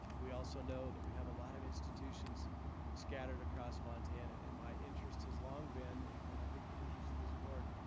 we also know that we have a lot of institutions scattered across montana and my interest has long been, and and i think the interest of this board,